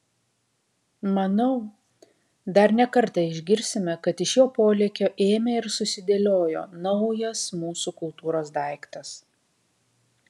manau dar ne kartą išgirsime kad iš jo polėkio ėmė ir susidėliojo naujas mūsų kultūros daiktas